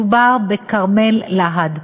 מדובר בכרמל להד,